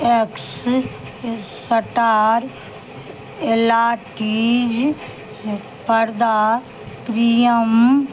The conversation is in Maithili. एक्स स्टार एलाटीज पर्दा प्रियम